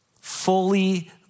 fully